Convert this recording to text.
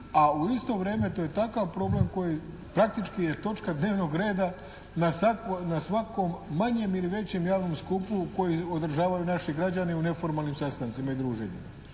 A u isto vrijeme to je takav problem koji je praktički je točka dnevnog reda na svakom manjem ili većem javnom skupu koji odražavaju naši građani u neformalnim sastancima i druženjima.